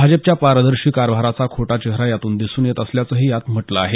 भाजपाच्या पारदर्शी कारभाराचा खोटा चेहरा यातून दिसून येत असल्याचंही यात म्हटलं आहे